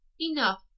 Enough